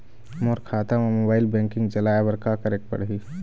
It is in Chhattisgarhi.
मोर खाता मा मोबाइल बैंकिंग चलाए बर का करेक पड़ही?